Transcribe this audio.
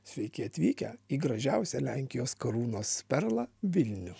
sveiki atvykę į gražiausią lenkijos karūnos perlą vilnių